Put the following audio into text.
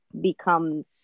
become